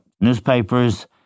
newspaper's